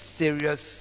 serious